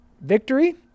victory